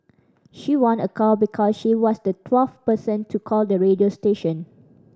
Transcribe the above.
she won a car because she was the twelfth person to call the radio station